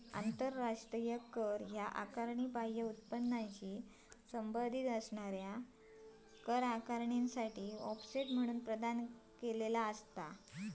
आंतराष्ट्रीय कर आकारणी बाह्य उत्पन्नाशी संबंधित कर आकारणीसाठी ऑफसेट प्रदान करता